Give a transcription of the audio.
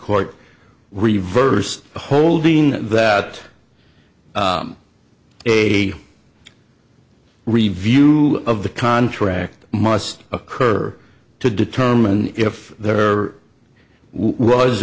court reversed holding that a review of the contract must occur to determine if there was